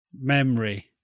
memory